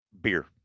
beer